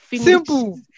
simple